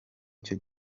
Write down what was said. icyo